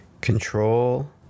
Control